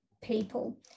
people